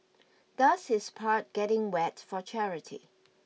does his part getting wet for charity